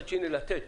ומצד שני לתת